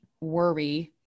worry